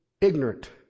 ignorant